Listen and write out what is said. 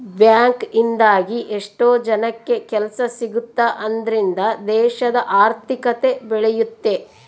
bank ಇಂದಾಗಿ ಎಷ್ಟೋ ಜನಕ್ಕೆ ಕೆಲ್ಸ ಸಿಗುತ್ತ್ ಅದ್ರಿಂದ ದೇಶದ ಆರ್ಥಿಕತೆ ಬೆಳಿಯುತ್ತೆ